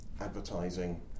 advertising